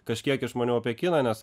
kažkiek išmaniau apie kiną nes